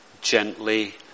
gently